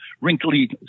wrinkly